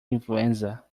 influenza